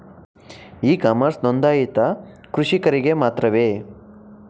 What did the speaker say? E commerce ನೊಂದಾಯಿತ ಕೃಷಿಕರಿಗೆ ಮಾತ್ರವೇ?